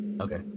Okay